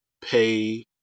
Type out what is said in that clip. pay